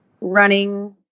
running